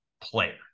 player